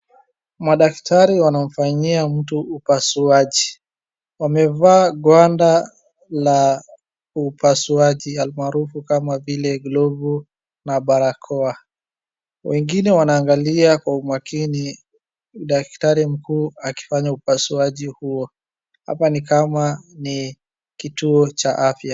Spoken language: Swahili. Madaktari wanamfanyia mtu upasuaji. Wamevaa gwanda la upasuaji almaarufu kama vile glovu na barakoa. Wengine wanaangalia kwa umakini daktari mkuu akifanya upasuaji huo. Hapa ni kama ni kituo cha afya.